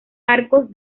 arcos